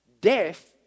death